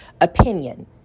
opinion